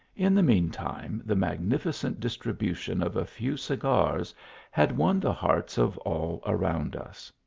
in the mean time the magnificent distribution of a few cigars had won the hearts of all around us.